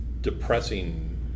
depressing